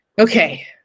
okay